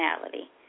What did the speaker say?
personality